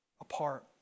apart